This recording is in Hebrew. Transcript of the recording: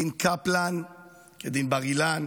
דין קפלן כדין בר-אילן